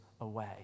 away